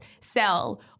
sell